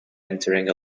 entering